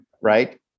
right